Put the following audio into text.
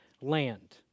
land